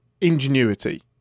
ingenuity